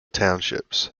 townships